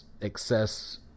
excess